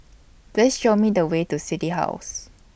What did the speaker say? Please Show Me The Way to City House